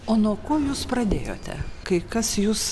o nuo ko jūs pradėjote kai kas jus